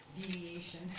deviation